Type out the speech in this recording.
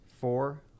Four